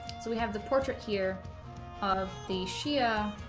so we have the portrait here of the shia